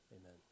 amen